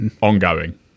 ongoing